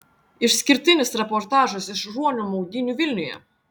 išskirtinis reportažas iš ruonių maudynių vilniuje